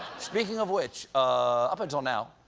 speaking of which, up until now,